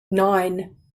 nine